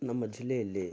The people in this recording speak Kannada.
ನಮ್ಮ ಜಿಲ್ಲೆಯಲ್ಲಿ